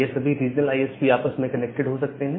यह सभी regional ISP आपस में कनेक्टेड हो सकते हैं